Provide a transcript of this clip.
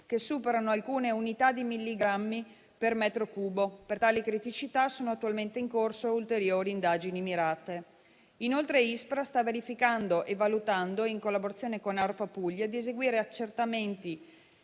che superano alcune unità di milligrammi per metro cubo. Per tali criticità sono attualmente in corso ulteriori indagini mirate. Inoltre, ISPRA sta verificando e valutando, in collaborazione con ARPA Puglia, di eseguire accertamenti